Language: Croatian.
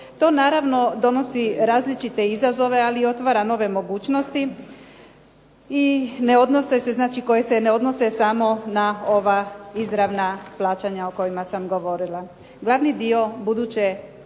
To naravno donosi različite izazove, ali otvara nove mogućnosti i ne odnose se, znači koje se ne odnose samo na ova izravna plaćanja o kojima sam govorila.